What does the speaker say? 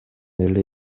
эле